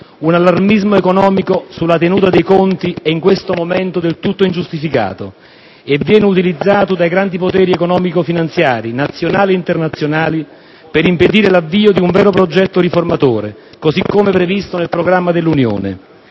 Un allarmismo economico sulla tenuta dei conti è in questo momento del tutto ingiustificato e viene utilizzato dai grandi poteri economico-finanziari, nazionali ed internazionali, per impedire l'avvio di un vero progetto riformatore, così come previsto nel programma dell'Unione.